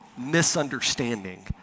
misunderstanding